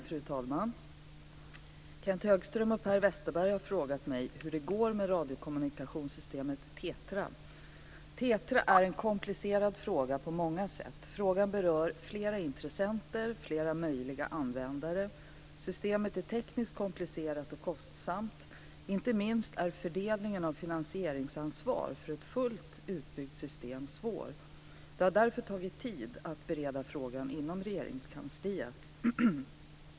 Fru talman! Kenth Högström och Per Westerberg har frågat mig hur det går med radiokommunikationssystemet TETRA. TETRA är en komplicerad fråga på många sätt. Frågan berör flera intressenter och flera möjliga användare. Systemet är tekniskt komplicerat och kostsamt. Inte minst är fördelningen av finansieringsansvar för ett fullt utbyggt system svår. Det har därför tagit tid att bereda frågan inom Regeringskansliet.